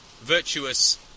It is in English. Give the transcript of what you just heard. virtuous